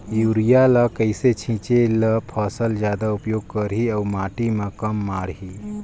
Urea ल कइसे छीचे ल फसल जादा उपयोग करही अउ माटी म कम माढ़ही?